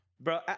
bro